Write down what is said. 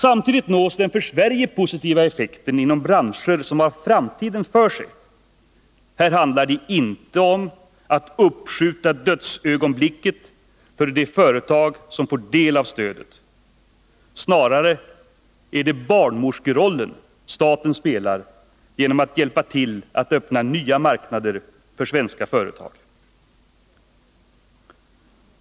Samtidigt nås den för Sverige positiva effekten inom branscher som har framtiden för sig. Här handlar det inte om att uppskjuta dödsögonblicket för de företag som får del av stödet. Snarare är det barnmorskerollen staten spelar genom att hjälpa till att öppna nya marknader för svenska företag.